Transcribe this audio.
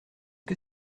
que